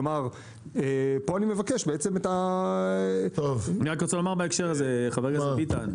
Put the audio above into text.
כלומר פה אני מבקש בעצם -- אני רק רוצה לומר בהקשר הזה חבר הכנסת ביטן,